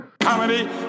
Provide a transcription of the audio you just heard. Comedy